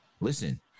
Listen